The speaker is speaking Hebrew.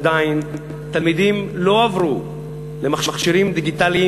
עדיין תלמידים לא עברו למכשירים דיגיטליים